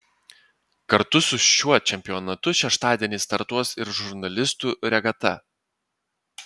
kartu su šiuo čempionatu šeštadienį startuos ir žurnalistų regata